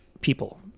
people